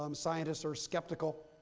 um scientists are skeptical.